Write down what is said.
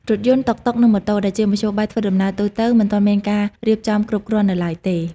រថយន្ត តុកតុក និងម៉ូតូ ដែលជាមធ្យោបាយធ្វើដំណើរទូទៅមិនទាន់មានការរៀបចំគ្រប់គ្រាន់នៅឡើយទេ។